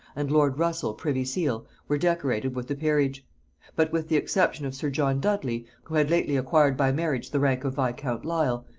and lord russel privy-seal, were decorated with the peerage but with the exception of sir john dudley, who had lately acquired by marriage the rank of viscount lisle,